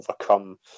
overcome